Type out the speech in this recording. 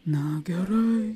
na gerai